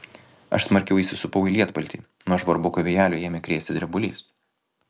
aš smarkiau įsisupau į lietpaltį nuo žvarboko vėjelio ėmė krėsti drebulys